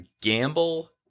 gamble